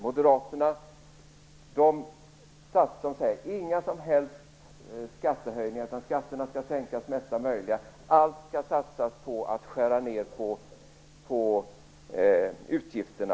Moderaterna vill inte ha några som helst skattehöjningar. Skatterna skall i stället sänkas så mycket som möjligt, och man satsar allt på att skära ned utgifterna.